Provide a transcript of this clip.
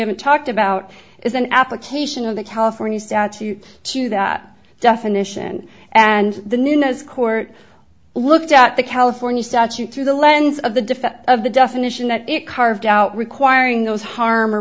haven't talked about is an application of the california statute to that definition and the newness court looked at the california statute through the lens of the defense of the definition that it carved out requiring those harm